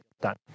done